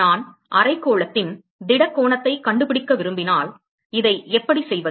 நான் அரைக்கோளத்தின் திட கோணத்தைக் கண்டுபிடிக்க விரும்பினால் இதை எப்படி செய்வது